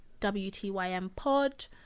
wtympod